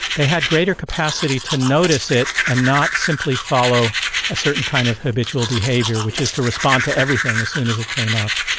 they had greater capacity to notice it and not simply follow a certain kind of habitual behaviour, which is to respond to everything as soon as it came up.